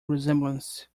resemblance